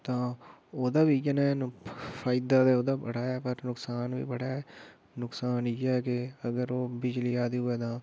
तां ओह्दा बी इ'यै नेह् फायदा ते ओह्दा बड़ा ऐ पर नकसान बी बड़ा ऐ नकसान इ'यै ऐ कि अगर ओह् बिजली आई दी होऐ तां